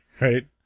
Right